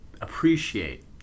appreciate